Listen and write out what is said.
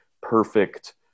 perfect